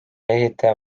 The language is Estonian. ehitaja